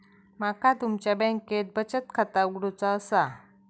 माका तुमच्या बँकेत बचत खाता उघडूचा असा?